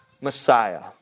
Messiah